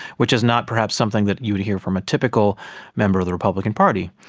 which is not perhaps something that he would hear from a typical member of the republican party.